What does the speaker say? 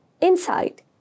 Inside